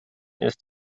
ist